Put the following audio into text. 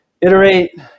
iterate